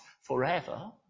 forever